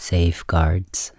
Safeguards